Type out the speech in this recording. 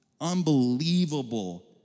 unbelievable